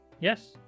Yes